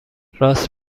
راست